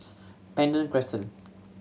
Pandan Crescent